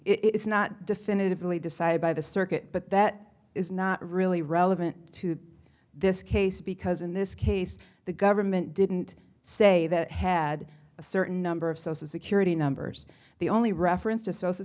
is not definitively decided by the circuit but that is not really relevant to this case because in this case the government didn't say that had a certain number of social security numbers the only reference to social